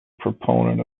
proponent